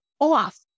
off